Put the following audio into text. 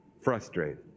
frustrated